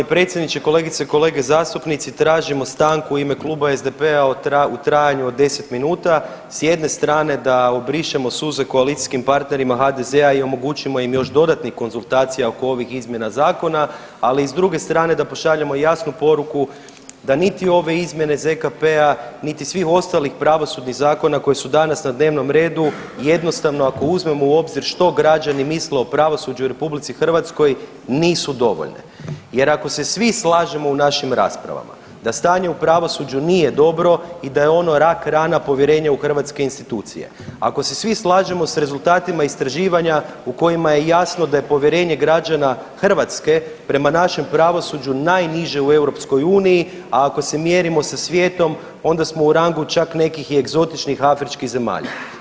Poštovani predsjedniče, kolegice i kolege zastupnici, tražimo stanku u ime Kluba SDP-a u trajanju od 10 minuta, s jedne strane da obrišemo suze koalicijskim partnerima HDZ-a i omogućimo im još dodatnih konzultacija oko ovih izmjena zakona, ali i s druge strane da pošaljemo jasnu poruku da niti ove izmjene ZKP-a, niti svih ostalih pravosudnih zakona koji su danas na dnevnom redu jednostavno ako uzmemo u obzir što građani misle o pravosuđu u RH nisu dovoljne jer ako se svi slažemo u našim raspravama da stanje u pravosuđu nije dobro i da je ono rak rana povjerenja u hrvatske institucije, ako se svi slažemo s rezultatima istraživanja u kojima je jasno da je povjerenje građana Hrvatske prema našem pravosuđu najniže u EU, a ako se mjerimo sa svijetom onda smo u rangu čak nekih i egzotičnih afričkih zemalja.